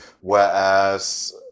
whereas